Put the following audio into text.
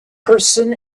person